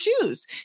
shoes